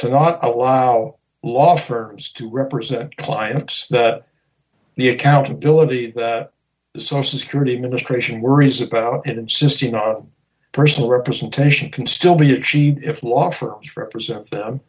to not allow law firms to represent clients that the accountability that the social security administration worries about and insisting on personal representation can still be achieved if law firms represent